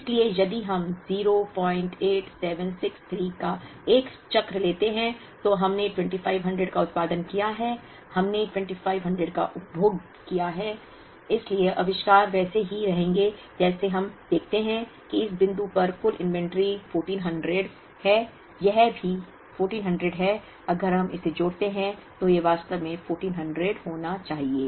इसलिए यदि हम 08763 का एक चक्र लेते हैं तो हमने 2500 का उत्पादन किया है हमने 2500 का उपभोग किया है इसलिए आविष्कार वैसे ही रहेंगे जैसे अब हम देखते हैं कि इस बिंदु पर कुल इन्वेंट्री 1400 है यह भी 1400 है अगर हम इसे जोड़ते हैं तो यह वास्तव में 1400 होना चाहिए